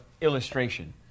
illustration